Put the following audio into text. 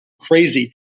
crazy